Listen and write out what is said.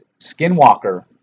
Skinwalker